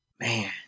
Man